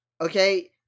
okay